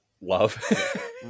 love